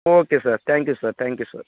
okay sir thank you sir thank you sir